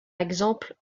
exemple